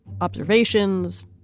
Observations